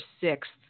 sixth